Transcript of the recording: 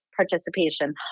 participation